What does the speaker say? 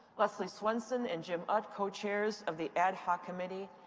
leslie swenson and jim utt, co-chairs of the ad hoc committee.